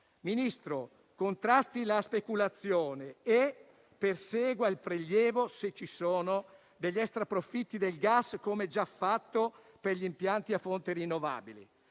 Ministro, contrasti la speculazione e persegua il prelievo se ci sono extraprofitti del gas, come già fatto per gli impianti a fonti rinnovabili.